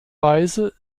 weise